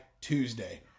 Tuesday